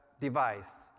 device